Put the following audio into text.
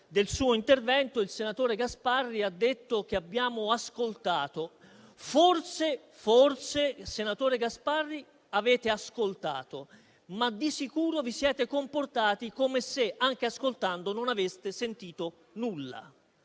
del suo intervento ha detto che abbiamo ascoltato. Forse, senatore Gasparri, avete ascoltato, ma di sicuro vi siete comportati come se, anche ascoltando, non aveste sentito nulla.